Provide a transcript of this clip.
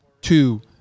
two